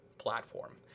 platform